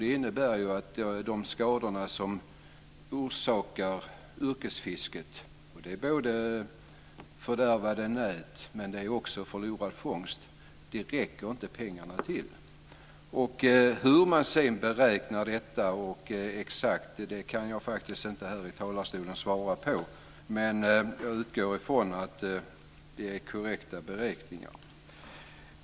Det innebär att de skador som åsamkas yrkesfisket - både fördärvade nät och förlorad fångst - räcker inte pengarna till. Hur man sedan exakt beräknar detta kan jag inte här i talarstolen svara på. Men jag utgår från att det är korrekta beräkningar.